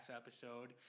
episode